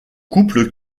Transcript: couple